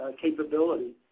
capability